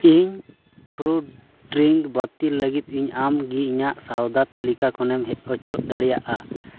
ᱤᱧ fruit drink bottle ᱞᱟᱹᱜᱤᱫ ᱤᱧ ᱟᱢᱜᱮ ᱤᱧᱟᱹᱜ ᱥᱚᱣᱫᱟ ᱛᱟᱹᱞᱤᱠᱟ ᱠᱷᱚᱱᱮᱢ ᱚᱪᱚᱜ ᱫᱟᱲᱮᱭᱟᱜᱼᱟ